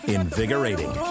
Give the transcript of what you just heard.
Invigorating